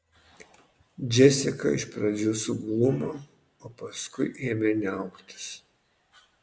džesika iš pradžių suglumo o paskui ėmė niauktis